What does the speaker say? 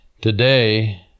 today